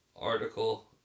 article